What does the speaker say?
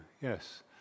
Yes